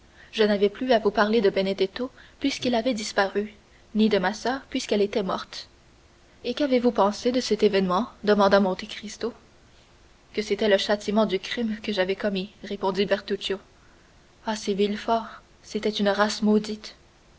je n'avais plus à vous parler de benedetto puisqu'il avait disparu ni de ma soeur puisqu'elle était morte et qu'avez-vous pensé de cet événement demanda monte cristo que c'était le châtiment du crime que j'avais commis répondit bertuccio ah ces villefort c'était une race maudite